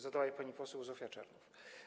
Zadała je pani poseł Zofia Czernow.